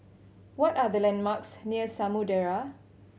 what are the landmarks near Samudera